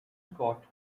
scott